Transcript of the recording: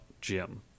Jim